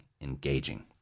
engaging